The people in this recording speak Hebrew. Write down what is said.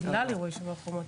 בגלל אירועי "שומר החומות".